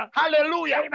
hallelujah